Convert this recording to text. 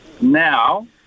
Now